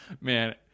man